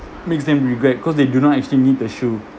makes them regret because they do not actually need the shoe